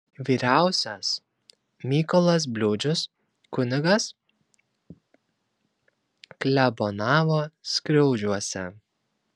vyriausias mykolas bliūdžius kunigas klebonavo skriaudžiuose